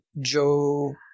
joe